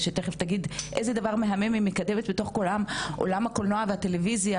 שתיכף תגיד איזה דבר מהמם היא מקדמת בתוך כל עולם הקולנוע והטלויזיה,